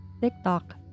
TikTok